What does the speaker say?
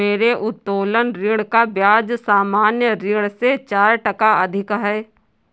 मेरे उत्तोलन ऋण का ब्याज सामान्य ऋण से चार टका अधिक है